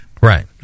Right